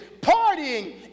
partying